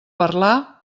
parlar